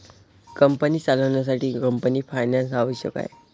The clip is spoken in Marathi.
कंपनी चालवण्यासाठी कंपनी फायनान्स आवश्यक आहे